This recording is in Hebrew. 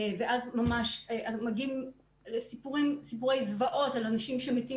ואז ממש מגיעים סיפורי זוועות על האנשים שמתים